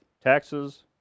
taxes